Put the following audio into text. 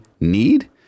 need